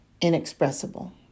inexpressible